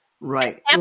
Right